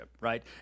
right